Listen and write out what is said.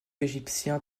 égyptien